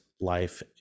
life